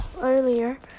earlier